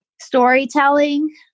storytelling